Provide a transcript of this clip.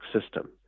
system